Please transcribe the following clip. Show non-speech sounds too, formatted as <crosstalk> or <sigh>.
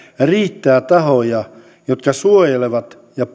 riittää tahoja jotka suojelevat ja <unintelligible>